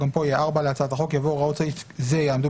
גם פה צריך להיות 1(4) להצעת החוק יבוא: "הוראות סעיף זה יעמדו